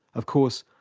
of course,